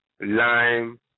lime